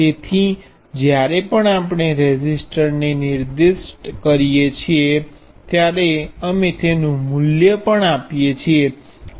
તેથી જ્યારે પણ આપણે રેઝિસ્ટરને નિર્દિષ્ટ કરીએ છીએ ત્યારે અમે તેનું મૂલ્ય પણ આપીએ છીએ